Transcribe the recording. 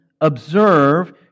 observe